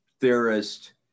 theorist